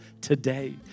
today